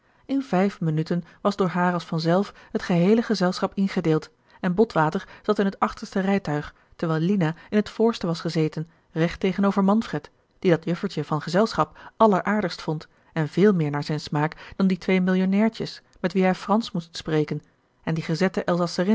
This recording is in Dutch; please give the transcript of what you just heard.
in vijf minuten was door haar als van zelf het geheele gezelschap ingedeeld en botwater zat in het achterste rijtuig terwijl lina in het voorste was gezeten recht tegenover manfred die dat juffertje van gezelschap alleraardigst vond en veel meer naar zijn smaak dan die twee millionnairtjes met wie hij fransch moest spreken en die gezette